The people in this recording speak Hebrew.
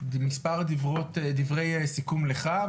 מספר דברי סיכום לך,